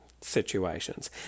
situations